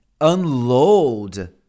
unload